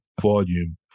volume